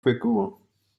récurrents